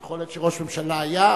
יכול להיות שראש ממשלה היה,